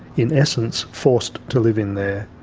in essence, forced to live in there.